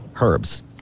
herbs